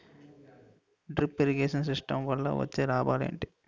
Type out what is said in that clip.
Drip irrigation system వల్ల వచ్చే లాభాలు ఏంటి?